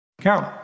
Carol